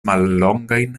mallongajn